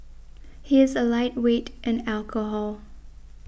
he is a lightweight in alcohol